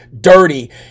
dirty